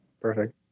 Perfect